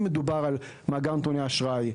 אם מדובר על מאגר נתוני האשראי,